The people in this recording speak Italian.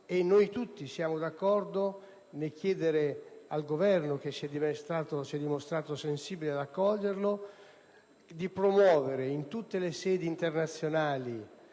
e noi tutti siamo d'accordo nel chiedere al Governo, che si è dimostrato sensibile ad accoglierlo, di promuovere in tutte le sedi internazionali